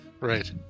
right